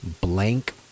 blank